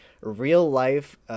real-life